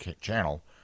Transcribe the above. channel